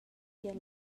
tier